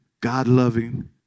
god-loving